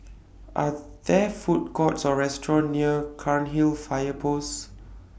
Are There Food Courts Or restaurants near Cairnhill Fire Post